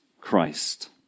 Christ